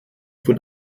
von